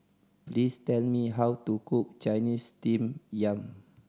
please tell me how to cook Chinese Steamed Yam